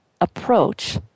approach